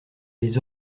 les